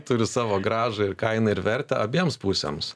turi savo grąžą ir kainą ir vertę abiems pusėms